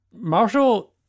marshall